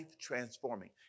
transforming